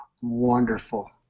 Wonderful